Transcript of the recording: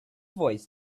voice